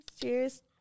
Cheers